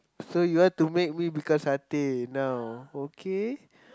so you want to make me become satay now okay